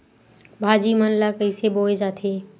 भाजी मन ला कइसे बोए जाथे?